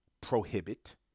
prohibit